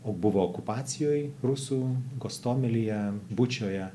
buvo okupacijoj rusų gostomelyje bučoje